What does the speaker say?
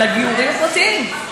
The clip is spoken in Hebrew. לגיורים הפרטיים,